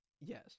Yes